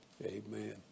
Amen